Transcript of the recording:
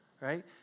right